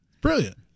Brilliant